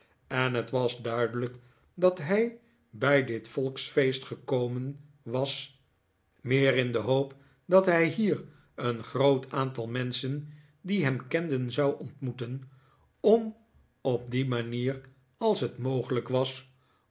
en het was duidelijk dat hij bij dit volksfeest gekomen was meer in de hoop dat hij hier een groot aantal menschen die hem kenden zou ontmoeten om op die manier als het mogelijk was